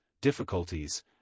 Difficulties